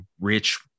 rich